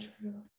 true